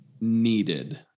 needed